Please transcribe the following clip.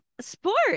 Sports